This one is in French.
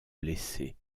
blessés